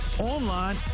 online